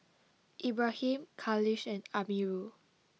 Ibrahim Khalish and Amirul